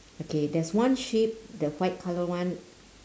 okay there's one sheep the white colour one